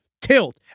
tilt